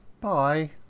Bye